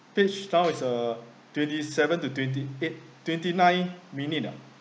speech tao is uh twenty seven to twenty eight twenty nine minute ah